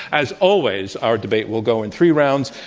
as always, our debate will go in three rounds,